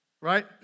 right